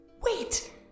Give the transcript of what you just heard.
Wait